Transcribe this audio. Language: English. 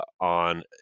on